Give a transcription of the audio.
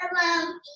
Hello